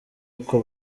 uko